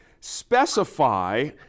specify